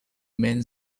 man